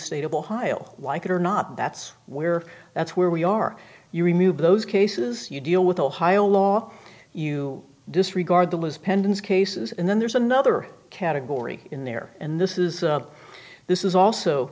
state of ohio like it or not that's where that's where we are you remove those cases you deal with ohio law you disregard the was pendants cases and then there's another category in there and this is a this is also